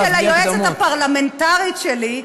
והיא של היועצת הפרלמנטרית שלי,